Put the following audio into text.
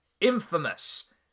infamous